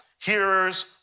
hearers